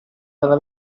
dalla